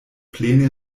plene